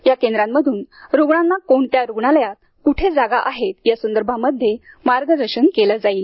या केंद्रांमधून रुग्णांना कोणत्या हॉस्पिटलमध्ये कुठे जागा आहेत या संदर्भामध्ये मार्गदर्शन केले जाईल